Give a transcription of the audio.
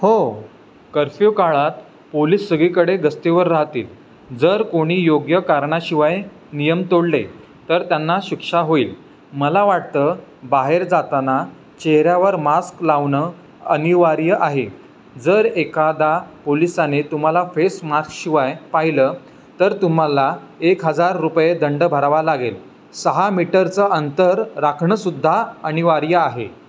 हो कर्फ्यू काळात पोलीस सगळीकडे गस्तीवर राहतील जर कोणी योग्य कारणाशिवाय नियम तोडले तर त्यांना शिक्षा होईल मला वाटतं बाहेर जाताना चेहऱ्यावर मास्क लावणं अनिवार्य आहे जर एकादा पोलिसाने तुम्हाला फेस मास्कशिवाय पाहिलं तर तुम्हाला एक हजार रुपये दंड भरावा लागेल सहा मीटरचं अंतर राखणं सुद्धा अनिवार्य आहे